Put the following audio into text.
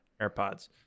AirPods